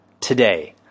today